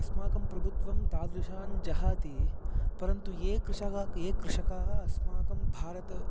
अस्माकं प्रभुत्वं तादृशान् जाहाति परन्तु ये कृषकाक् ये कृषकाः अस्माकं भारत